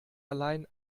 allein